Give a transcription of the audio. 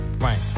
Right